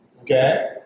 Okay